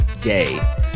day